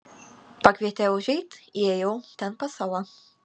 pakvietė užeit įėjau ten pasala